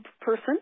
person